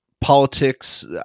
politics